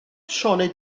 sioned